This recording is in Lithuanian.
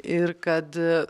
ir kad